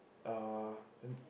uh then